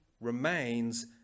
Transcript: remains